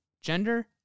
gender